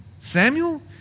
Samuel